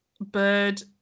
bird